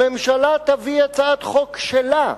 הממשלה תביא הצעת חוק שלה,